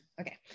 okay